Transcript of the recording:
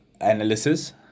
analysis